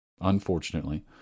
unfortunately